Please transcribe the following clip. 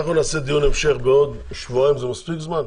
אנחנו נעשה דיון המשך בעוד שבועיים, זה מספיק זמן?